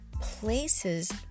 places